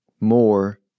more